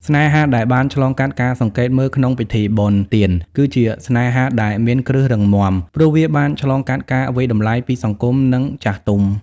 ស្នេហាដែលបានឆ្លងកាត់ការសង្កេតមើលក្នុងពិធីបុណ្យទាន គឺជាស្នេហាដែល "មានគ្រឹះរឹងមាំ" ព្រោះវាបានឆ្លងកាត់ការវាយតម្លៃពីសង្គម និងចាស់ទុំ។